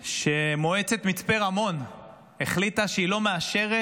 שמועצת מצפה רמון החליטה שהיא לא מאשרת,